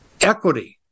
Equity